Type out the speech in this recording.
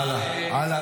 מעיראק?